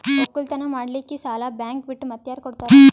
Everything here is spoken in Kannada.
ಒಕ್ಕಲತನ ಮಾಡಲಿಕ್ಕಿ ಸಾಲಾ ಬ್ಯಾಂಕ ಬಿಟ್ಟ ಮಾತ್ಯಾರ ಕೊಡತಾರ?